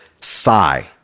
Sigh